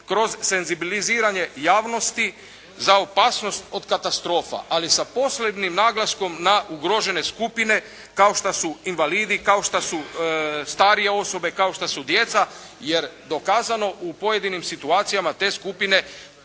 kroz senzibiliziranje javnosti za opasnost od katastrofa, ali sa posebnim naglaskom na ugrožene skupine kao šta su invalidi, kao šta su starije osobe, ako šta su djeca, jer dokazano u pojedinim situacijama te skupine,